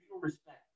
respect